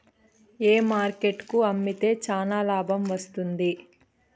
ఏ market కు అమ్మితే చానా లాభం వస్తుంది?